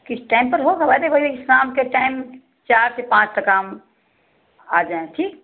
किस टाइम पर होगा अरे वहीं शाम के टाइम चार से पाँच तक आप आ जाए ठीक